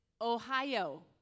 Ohio